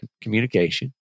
communication